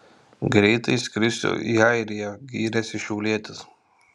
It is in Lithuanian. greitai skrisiu į airiją gyrėsi šiaulietis